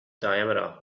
diameter